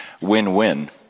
win-win